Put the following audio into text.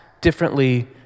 differently